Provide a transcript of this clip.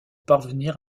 parvenir